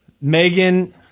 megan